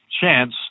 chance